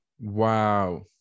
Wow